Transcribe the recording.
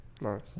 Nice